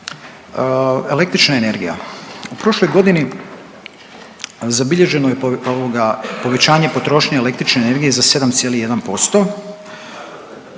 Električna energija, u prošloj godini zabilježeno je povećanje potrošnje električne energije za 7,1%,